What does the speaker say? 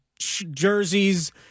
jerseys